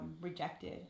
rejected